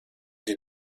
die